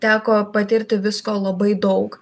teko patirti visko labai daug